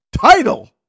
title